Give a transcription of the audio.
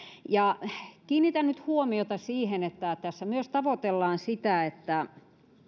kiinnitän nyt huomiota siihen että tässä myös tavoitellaan sitä että